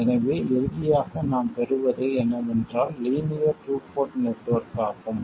எனவே இறுதியாக நாம் பெறுவது என்னவென்றால் லீனியர் டூ போர்ட் நெட்வொர்க் ஆகும்